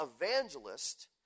evangelist